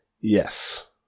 Yes